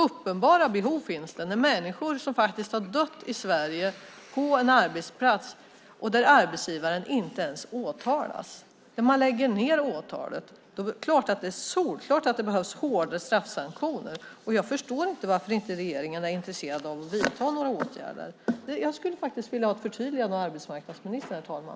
Uppenbara behov finns det när människor faktiskt har dött i Sverige på en arbetsplats, där arbetsgivaren inte ens åtalas och där man lägger ned åtalet. Det är solklart att det behövs hårdare straffsanktioner, och jag förstår inte varför regeringen inte är intresserad av att vidta några åtgärder. Jag skulle faktiskt vilja ha ett förtydligande av arbetsmarknadsministern, herr talman!